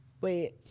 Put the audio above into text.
Wait